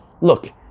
look